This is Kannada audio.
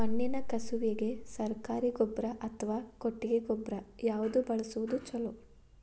ಮಣ್ಣಿನ ಕಸುವಿಗೆ ಸರಕಾರಿ ಗೊಬ್ಬರ ಅಥವಾ ಕೊಟ್ಟಿಗೆ ಗೊಬ್ಬರ ಯಾವ್ದು ಬಳಸುವುದು ಛಲೋ?